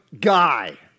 guy